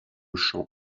champ